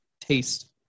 taste